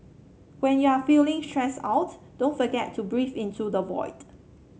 when you are feeling stressed out don't forget to breathe into the void